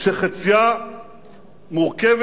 שחציה מורכב